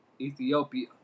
Ethiopia